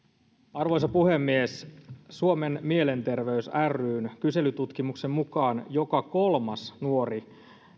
arvoisa puhemies suomen mielenterveys ryn kyselytutkimuksen mukaan joka kolmas nuori